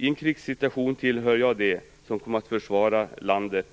I en krigssituation tillhör jag dem som kommer att försvara landet